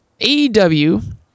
AEW